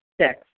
Six